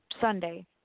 Sunday